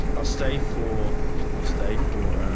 ah stay for i'll stay for